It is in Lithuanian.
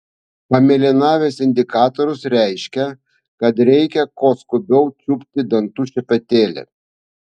pamėlynavęs indikatorius reiškia kad reikia kuo skubiau čiupti dantų šepetėlį